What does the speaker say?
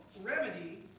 remedy